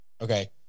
okay